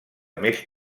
més